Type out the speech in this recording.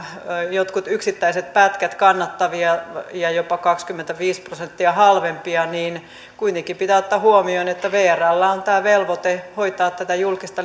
jotkut yksittäiset pätkät kannattavia ja jopa kaksikymmentäviisi prosenttia halvempia kuitenkin pitää ottaa huomioon että vrllä on tämä velvoite hoitaa tätä julkista